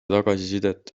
tagasisidet